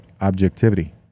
objectivity